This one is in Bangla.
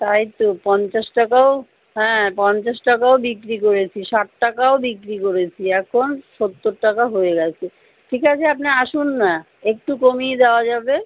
তাই তো পঞ্চাশ টাকাও হ্যাঁ পঞ্চাশ টাকাও বিক্রি করেছি ষাট টাকাও বিক্রি করেছি এখন সত্তর টাকা হয়ে গেছে ঠিক আছে আপনি আসুন না একটু কমিয়ে দেওয়া যাবে